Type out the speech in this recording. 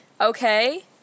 Okay